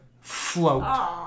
Float